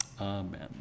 Amen